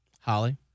Holly